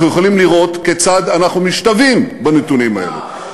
אנחנו יכולים לראות כיצד אנחנו משתווים בנתונים האלה,